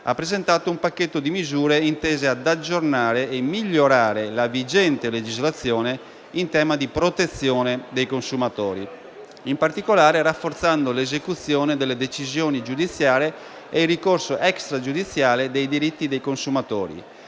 ha presentato un pacchetto di misure intese ad aggiornare e migliorare la vigente legislazione in tema di protezione dei consumatori, in particolare rafforzando l'esecuzione delle decisioni giudiziarie e il ricorso extragiudiziale dei diritti dei consumatori